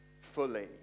fully